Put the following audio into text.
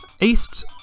East